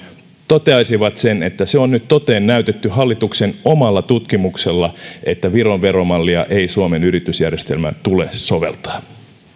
toteaisivat sen että se on nyt toteen näytetty hallituksen omalla tutkimuksella että viron veromallia ei suomen yritysjärjestelmään tule soveltaa